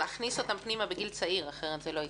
להכניס אותן פנימה בגיל צעיר, אחרת זה לא יקרה.